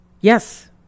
Yes